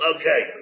Okay